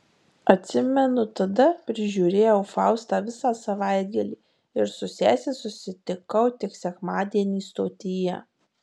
atsimenu tada prižiūrėjau faustą visą savaitgalį ir su sese susitikau tik sekmadienį stotyje